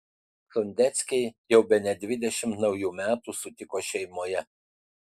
sondeckiai jau bene dvidešimt naujųjų metų sutiko šeimoje